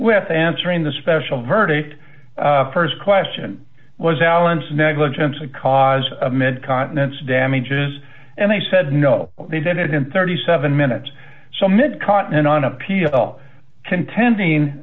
with answering the special verdict st question was allen's negligence because amid continents damages and they said no they did it in thirty seven minutes so mid continent on appeal contending